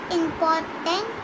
important